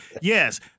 Yes